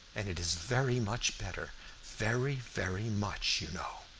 and it is very much better very, very much, you know.